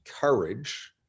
courage